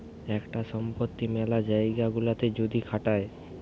একটা সম্পত্তি মেলা জায়গা গুলাতে যদি খাটায়